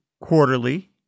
quarterly